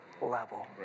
level